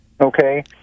okay